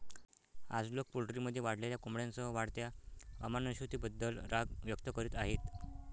आज, लोक पोल्ट्रीमध्ये वाढलेल्या कोंबड्यांसह वाढत्या अमानुषतेबद्दल राग व्यक्त करीत आहेत